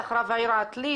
רב העיר עתלית.